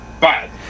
bad